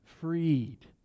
freed